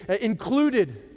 included